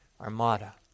Armada